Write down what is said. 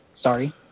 Sorry